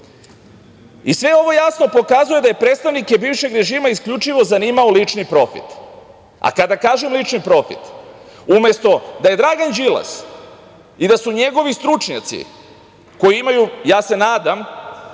ovo jasno pokazuje da je predstavnike bivšeg režima isključivo zanimao lični profit. A, kada kažem lični profit, umesto da je Dragan Đilas i da su njegovi stručnjaci koji imaju, ja se nadam,